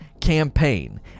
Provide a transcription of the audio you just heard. campaign